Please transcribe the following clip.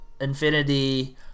Infinity